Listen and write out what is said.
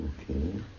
Okay